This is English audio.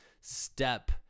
step